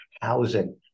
housing